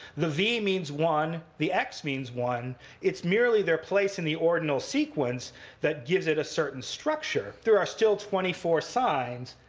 the v means one. the x means one. it's merely their place in the ordinal sequence that gives it a certain structure. there are still twenty four signs,